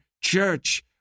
church